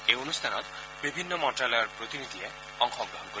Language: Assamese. এই অনুষ্ঠানত বিভিন্ন মন্ত্ৰালয়ৰ প্ৰতিনিধিয়ে অংশগ্ৰহণ কৰিব